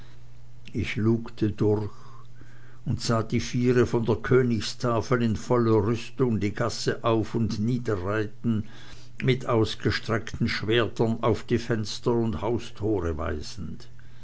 ich lugte durch und sah die viere von der königstafel in voller rüstung die gasse auf und nieder reiten mit ausgestreckten schwertern auf die fenster und die haustore weisend